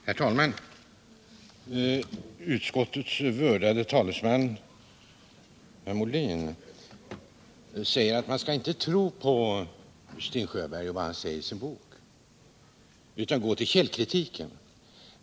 Herr talman! Utskottets vördade talesman herr Molin säger att man inte skall tro på vad Sten Sjöberg säger i sin bok utan gå till källkritiken.